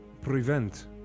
prevent